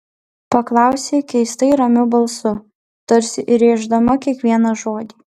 paklausė keistai ramiu balsu tarsi įrėždama kiekvieną žodį